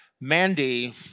Mandy